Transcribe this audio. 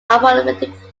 apocalyptic